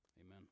Amen